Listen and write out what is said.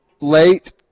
late